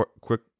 quick